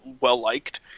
well-liked